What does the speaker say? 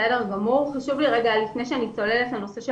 אנה לרנר זכות לפני שאני צוללת לנושא של